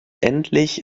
endlich